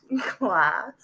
class